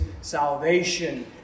salvation